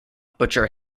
butcher